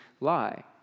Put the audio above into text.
lie